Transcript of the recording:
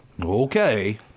Okay